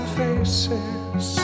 faces